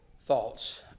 thoughts